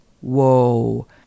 whoa